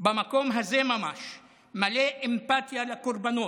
במקום הזה ממש, מלא אמפתיה לקורבנות,